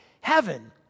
heaven